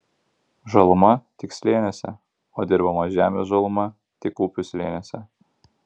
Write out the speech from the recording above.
žaluma tik slėniuose o dirbamos žemės žaluma tik upių slėniuose